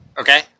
Okay